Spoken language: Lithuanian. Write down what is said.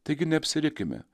taigi neapsirikime